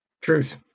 Truth